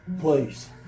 please